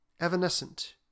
evanescent